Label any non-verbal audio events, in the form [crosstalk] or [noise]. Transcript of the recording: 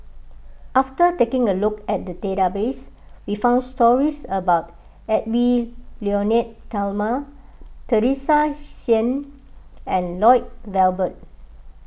after taking a look at the database we found stories about Edwy Lyonet Talma Teresa [unintelligible] and Lloyd Valberg